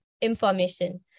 information